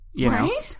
Right